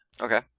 Okay